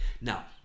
Now